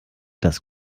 das